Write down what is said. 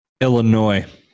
Illinois